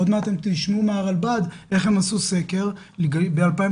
עוד מעט תשמעו מהרלב"ד איך הם עשו סקר ב-2019,